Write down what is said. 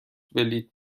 بلیط